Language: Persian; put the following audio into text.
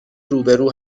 روبرو